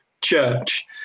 church